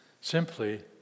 simply